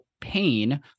pain